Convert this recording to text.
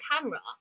camera